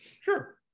Sure